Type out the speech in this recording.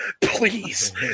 please